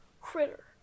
Critter